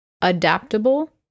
adaptable